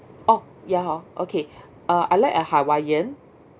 orh ya hor okay uh I'd like a hawaiian